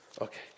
Okay